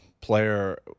player